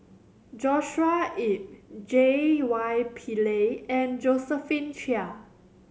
Joshua Ip J Y Pillay and Josephine Chia